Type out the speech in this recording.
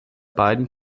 beiden